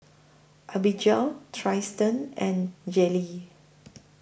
Abigail Tristen and Jaylene